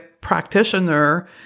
practitioner